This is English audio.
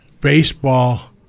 baseball